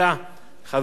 חבר הכנסת